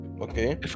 okay